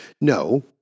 No